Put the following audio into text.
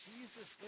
Jesus